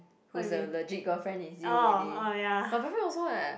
who is a legit girlfriend is you already my boyfriend also eh